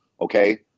okay